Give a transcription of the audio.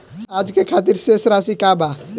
आज के खातिर शेष राशि का बा?